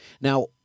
Now